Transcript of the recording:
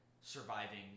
surviving